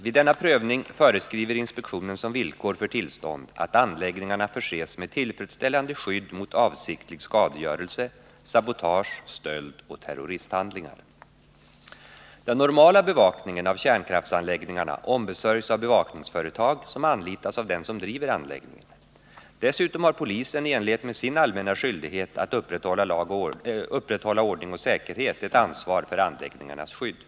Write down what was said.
Vid denna prövning föreskriver inspektionen som villkor för tillstånd att anläggningarna förses med tillfredsställande skydd mot avsiktlig skadegörelse, sabotage, stöld och terroristhandlingar. Den normala bevakningen av kärnkraftsanläggningarna ombesörjs av bevakningsföretag som anlitas av den som driver anläggningen. Dessutom har polisen i enlighet med sin allmänna skyldighet att upprätthålla ordning och säkerhet ett ansvar för anläggningarnas skydd.